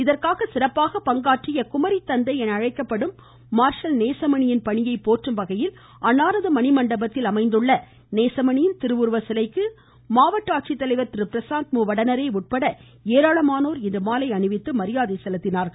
இதற்காக சிறப்பாக பங்காற்றிய குமரி தந்தை என அழைக்கப்படும் மார்ஷல் நேசமணியின் பணியை போற்றும் வகையில் அன்னாரது மணி மண்டபத்தில் அமைந்துள்ள நேசமணியின் திருவுருச்சிலைக்கு இன்று மாவட்ட ஆட்சித்தலைவர் திரு பிரசாந்த் மு வடநேரே உட்பட ஏராளமானோர் மாலை அணிவித்து மரியாதை செலுத்தினார்கள்